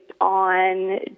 on